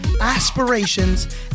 aspirations